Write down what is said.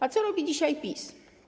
A co robi dzisiaj PiS?